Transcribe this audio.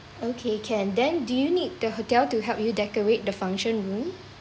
okay can then do you need the hotel to help you decorate the function room